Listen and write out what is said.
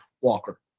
Walker